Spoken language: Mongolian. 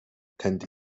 танд